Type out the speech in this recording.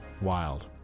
Wild